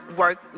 work